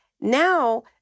Now